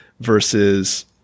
versus